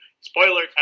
Spoiler